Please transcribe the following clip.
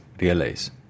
realize